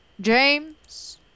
James